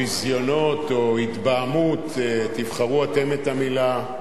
ביזיונות או התבהמות, תבחרו אתם את המלה.